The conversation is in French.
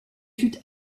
fut